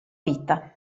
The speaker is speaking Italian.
vita